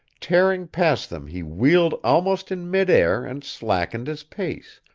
tearing past them he wheeled almost in midair and slackened his pace,